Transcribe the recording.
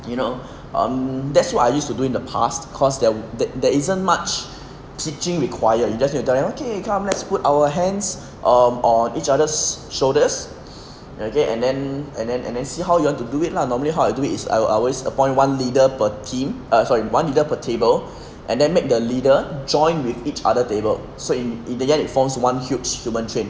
you know um that's what I used to doing in the past cause there that there isn't much teaching required you just need to tell them okay come let's put our hands on each other's shoulders okay and then and then and then see how you want to do it lah normally how I'll do it is I always appoint one leader per team err sorry one leader per table and then make the leader joined with each other table so in in the end it forms one huge human chain